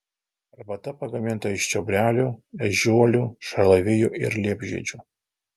arbata pagaminta iš čiobrelių ežiuolių šalavijų ir liepžiedžių